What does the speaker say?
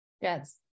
Yes